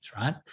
right